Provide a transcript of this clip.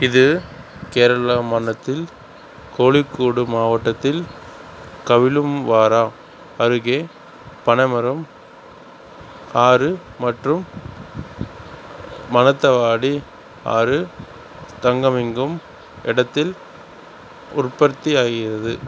இது கேரள மாநிலத்தின் கோழிக்கோடு மாவட்டத்தில் கவிலும்பாரா அருகே பனமரம் ஆறு மற்றும் மானந்தவாடி ஆறு சங்கமிக்கும் இடத்தில் உற்பத்தியாகிறது